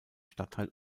stadtteil